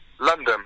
London